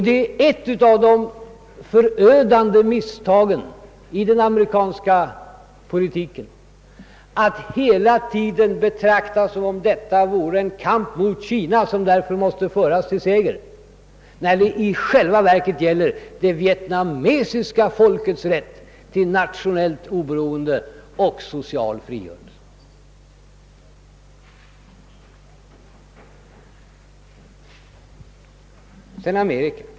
Det är alltså ett av de förödande misstagen i den amerikanska politiken att man hela tiden betraktar saken som en kamp mot Kina, som måste föras till seger — när det i själva verket gäller det vietnamesiska folkets rätt till nationellt oberoende och social frigörelse. Sedan Amerika!